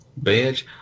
bitch